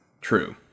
True